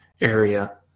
area